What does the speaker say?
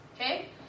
Okay